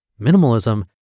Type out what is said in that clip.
Minimalism